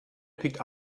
picked